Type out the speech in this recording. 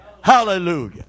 Hallelujah